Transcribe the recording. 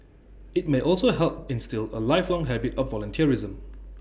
IT may also help instil A lifelong habit of volunteerism